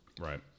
right